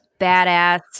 badass